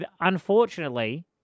unfortunately